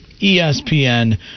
ESPN